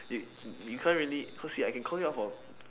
you you can't really cause you I can call you out for